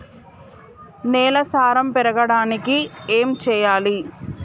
నేల సారం పెరగడానికి ఏం చేయాలి?